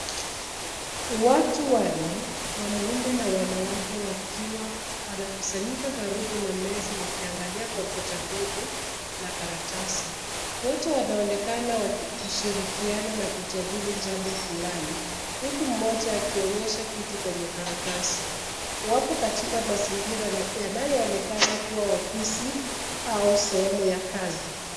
Watu wanne, wanaume na wanawake wakiwa wamekusanyika karibu na meza wakiangalia kompyuta ndogo na karatasi. Wote wanaonekana kushirikiana na kujadili jambo fulani huku mmoja akionyesha kitu kwenye karatasi. Wako katika mazingira yanayoonekana kuwa ofisi au sehemu ya kazi.